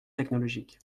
technologique